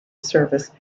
service